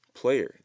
player